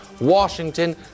Washington